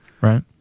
Right